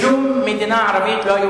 מדינה ערבית אחת